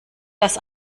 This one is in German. dass